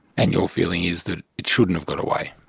and you're feeling is that it shouldn't have got away?